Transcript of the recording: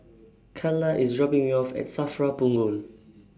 Calla IS dropping Me off At SAFRA Punggol